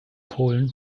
polen